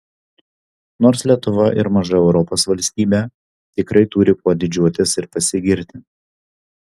nors lietuva ir maža europos valstybė tikrai turi kuo didžiuotis ir pasigirti